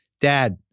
Dad